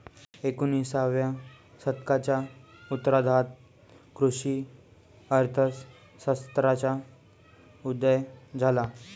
एकोणिसाव्या शतकाच्या उत्तरार्धात कृषी अर्थ शास्त्राचा उदय झाला